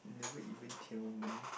never even tell me